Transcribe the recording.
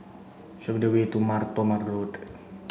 show me the way to Mar Thoma Road